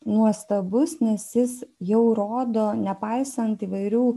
nuostabus nes jis jau rodo nepaisant įvairių